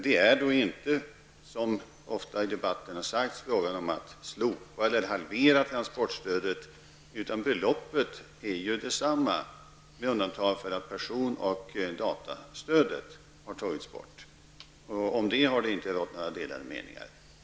Det är inte, som ofta har sagts i debatten, fråga om att slopa eller halvera transportstödet, utan beloppet är detsamma med undantag för att person och datastödet har tagits bort. Men om det har det inte rått några delade meningar.